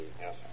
Yes